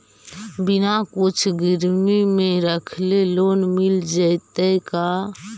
बिना कुछ गिरवी मे रखले लोन मिल जैतै का?